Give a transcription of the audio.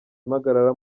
impagarara